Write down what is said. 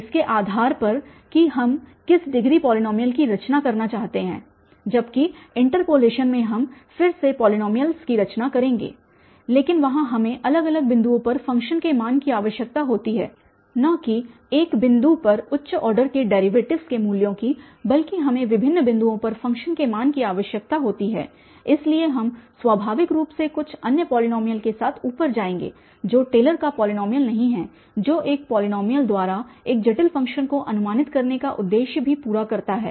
इसके आधार पर की हम किस डिग्री पॉलीनॉमियल की रचना करना चाहते हैं जबकि इन्टर्पोलेशन में हम फिर से पॉलीनोमीयल्स की रचना करेंगे लेकिन वहाँ हमें अलग अलग बिंदुओं पर फ़ंक्शन के मान की आवश्यकता होती है न कि एक बिंदु पर उच्च ऑर्डर के डेरीवेटिव्स के मूल्यों की बल्कि हमें विभिन्न बिंदुओं पर फ़ंक्शन के मान की आवश्यकता होती है इसलिए हम स्वाभाविक रूप से कुछ अन्य पॉलीनॉमियल के साथ ऊपर आएंगे जो टेलर का पॉलीनॉमियल नहीं है जो एक पॉलीनॉमियल द्वारा एक जटिल फ़ंक्शन को अनुमानित करने का उद्देश्य भी पूरा करता है